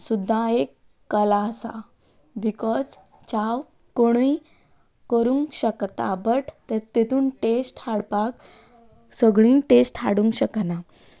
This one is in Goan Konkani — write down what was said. सुद्दां एक कला आसा बिकॉज च्या कोणूय करूंक शकता बट तातून टेस्ट हाडपाक सगळीं टेस्ट हाडूंक शकनात